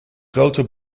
grote